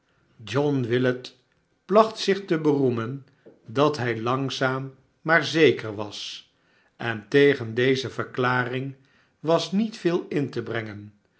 john willet placht zich te beroemen dat hij langzaam maar zeker was en tegen deze verklaring was niet veel in te brengen